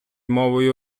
мовою